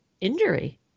injury